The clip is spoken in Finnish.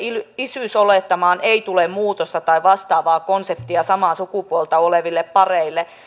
isyysolettamaan ei tule muutosta tai vastaavaa konseptia samaa sukupuolta oleville pareille